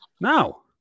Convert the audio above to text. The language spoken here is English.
No